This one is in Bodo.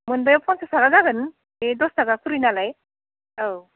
मोनबायाव पन्सास थाखा जागोन बे दस थाखा करि नालाय औ